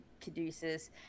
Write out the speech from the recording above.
caduceus